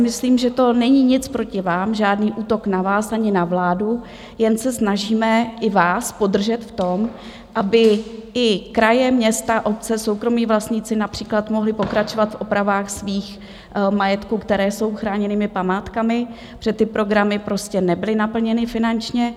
Myslím si, že to není nic proti vám, žádný útok na vás, ani na vládu, jen se snažíme i vás podržet v tom, aby i kraje, města, obce, soukromí vlastníci například mohli pokračovat v opravách svých majetků, které jsou chráněnými památkami, protože ty programy prostě nebyly naplněny finančně.